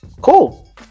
Cool